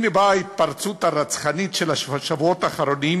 הנה באה ההתפרצות הרצחנית של השבועות האחרונים